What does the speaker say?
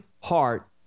heart